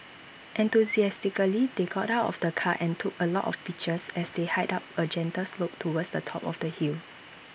enthusiastically they got out of the car and took A lot of pictures as they hiked up A gentle slope towards the top of the hill